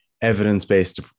Evidence-based